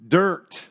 dirt